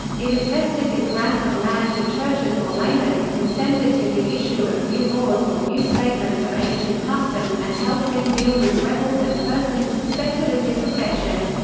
it attested his grants of land to churches or laymen, consented to his issue of new laws or new statements of ancient custom, and helped him deal with rebels and persons suspected of disaffection.